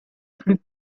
plus